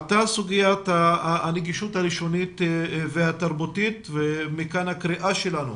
עלתה סוגיית הנגישות הלשונית והתרבותית ומכאן הקריאה שלנו